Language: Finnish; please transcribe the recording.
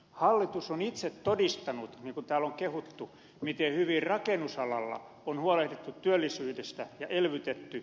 hallitus on itse todistanut niin kuin täällä on kehuttu miten hyvin rakennusalalla on huolehdittu työllisyydestä ja elvytetty